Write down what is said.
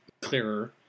clearer